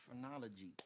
phrenology